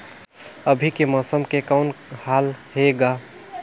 अभी के मौसम के कौन हाल हे ग?